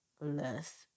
less